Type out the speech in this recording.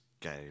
game